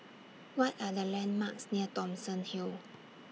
What Are The landmarks near Thomson Hill